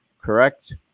correct